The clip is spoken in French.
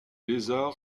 lézard